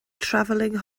travelling